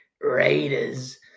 Raiders